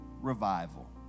revival